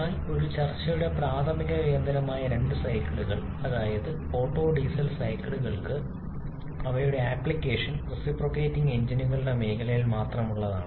എന്നാൽ ഒരു ചർച്ചയുടെ പ്രാഥമിക കേന്ദ്രമായ രണ്ട് സൈക്കിളുകൾ അതായത് ഓട്ടോ ഡീസൽ സൈക്കിളുകൾക്ക് അവയുടെ ആപ്ലിക്കേഷൻ റെസിപ്രോക്കറ്റിംഗ് എഞ്ചിനുകളുടെ മേഖലയിൽ മാത്രമുള്ളതാണ്